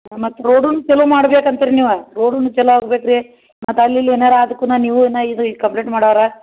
ಹಾಂ ಮತ್ತು ರೋಡುನ ಚಲೋ ಮಾಡ್ಬೇಕು ಅಂತಿರಿ ನೀವು ರೋಡುನು ಚಲೋ ಆಗ್ಬೇಕು ರೀ ಮತ್ತು ಅಲ್ಲಿ ಇಲ್ಲಿ ಏನಾರ ಅದುಕುನ ನೀವು ಏನು ಇದು ಈ ಕಂಪ್ಲೇಂಟ್ ಮಾಡೋರ